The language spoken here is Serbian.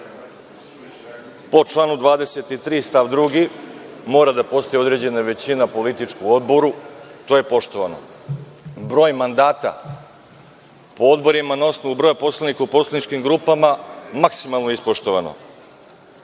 članu 23. stav 2. mora da postoji određena većina u odboru, i to je poštovano. Broj mandata po odborima na osnovu broja poslanika u poslaničkim grupama je maksimalno ispoštovan.